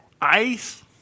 ice